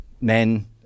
men